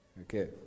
Okay